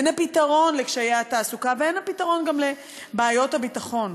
הן הפתרון לקשיי התעסוקה והן הפתרון גם לבעיות הביטחון.